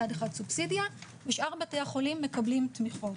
בתי החולים הממשלתיים מצד אחד סובסידיה ושאר בתי החולים מקבלים תמיכות.